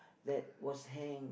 that was hanged